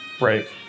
Right